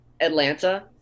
atlanta